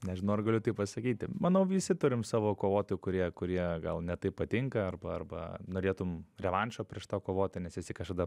nežinau ar galiu tai pasakyti manau visi turim savo kovotojų kurie kurie gal ne taip patinka arba arba norėtum revanšo prieš tą kovotoją nes esi kažkada